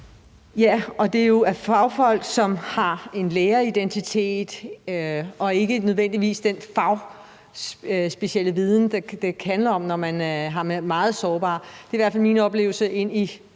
Ja, og det er jo af fagfolk, som har en læreridentitet og ikke nødvendigvis den fagspecielle viden, det handler om, når man har med meget sårbare at gøre. Det er i hvert fald min oplevelse af